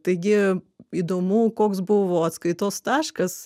taigi įdomu koks buvo atskaitos taškas